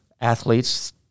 athletes